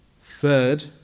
Third